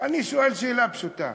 אני שואל שאלה פשוטה,